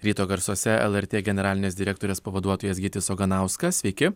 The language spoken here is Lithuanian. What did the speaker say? ryto garsuose lrt generalinės direktorės pavaduotojas gytis oganauskas sveiki